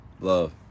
love